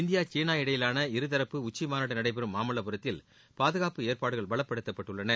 இந்திய சீனா இடையிலான இருதரப்பு உச்சிமாநாடு நடைபெறும் மாமல்வுரத்தில் பாதுகாப்பு ஏற்பாடுகள் பலப்படுத்தப்பட்டுள்ளன